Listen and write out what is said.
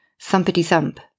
Thumpity-thump